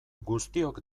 guztiok